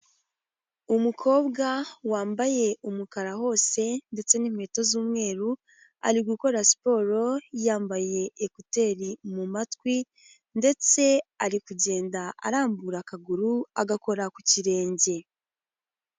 Umukobwa wambaye umukara wose ndetse n'inkweto z'umweru ari gukora siporo yambaye ekuteri mu matwi ndetse ari kugenda arambura akaguru agakora ku kirenge.